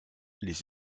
les